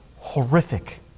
Horrific